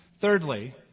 Thirdly